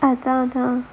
அதான் அதான்:athaan athaan